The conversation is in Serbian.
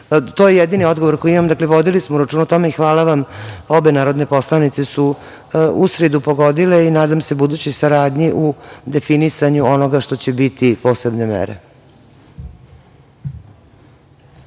To je jedini odgovor koji imam. Dakle, vodili smo računa o tome i hvala vam, obe narodne poslanice su pogodile i nadam se budućoj saradnji u definisanju onoga što će biti posebne mere.